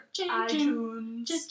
iTunes